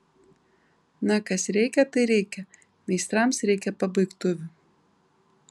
na kas reikia tai reikia meistrams reikia pabaigtuvių